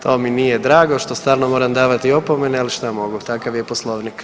To mi nije drago što stalno moram davati opomene, ali što mogu, takav je Poslovnik.